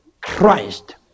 Christ